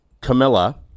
Camilla